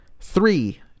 three